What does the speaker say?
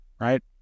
right